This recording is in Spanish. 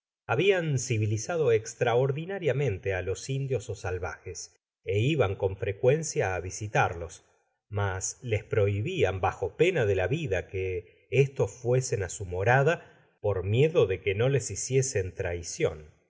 habian civilizado estraordinariamente á los indios ó salvajes é iban con frecuencia á visitarlos mas les prohibian bajo pena de la vida que estos fuesen á su morada por miedo de que no les hiciesen traicion